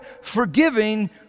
forgiving